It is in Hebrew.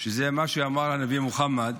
שזה מה שאמר הנביא מוחמד,